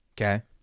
Okay